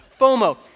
FOMO